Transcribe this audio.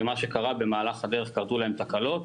ומה שקרה במהלך הדרך זה שקרו להם תקלות.